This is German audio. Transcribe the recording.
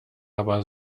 aber